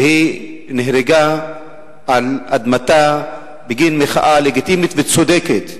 והיא נהרגה על אדמתה, בגין מחאה לגיטימית וצודקת.